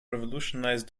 revolutionize